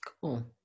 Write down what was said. Cool